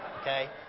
Okay